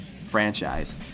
franchise